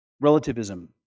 Relativism